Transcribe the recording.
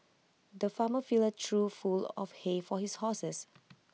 the farmer filled A trough full of hay for his horses